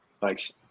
Thanks